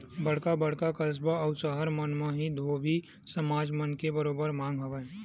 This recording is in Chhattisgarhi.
बड़का बड़का कस्बा अउ सहर मन म ही धोबी समाज मन के बरोबर मांग हवय